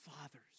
fathers